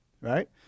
Right